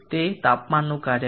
તે તાપમાનનું કાર્ય છે